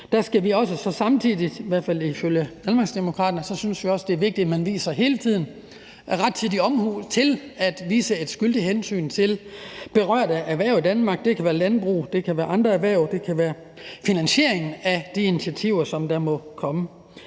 Der skal vi samtidig – i hvert fald ifølge Danmarksdemokraterne, for det synes vi er vigtigt – hele tiden udvise rettidig omhu og tage skyldigt hensyn til berørte erhverv i Danmark. Det kan være landbruget, og det kan være andre erhverv, og det kan være finansieringen af de initiativer, som måtte komme.